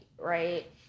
right